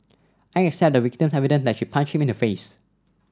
I accept the victim's evidence that she punched him in the face